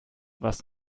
was